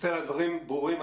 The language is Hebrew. אסתר, הדברים ברורים.